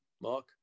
Mark